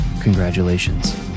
Congratulations